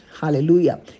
Hallelujah